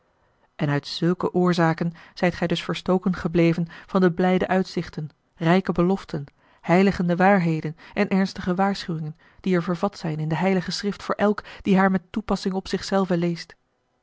en uit zulke oorzaken zijt gij dus verstoken gebleven van de blijde uitzichten rijke beloften heiligende waarheden en ernstige waarschuwingen die er vervat zijn in de heilige schrift voor elk die haar met toepassing op zich zelven leest